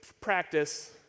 practice